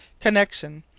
connection.